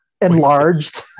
enlarged